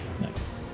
Nice